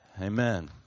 Amen